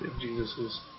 Jesus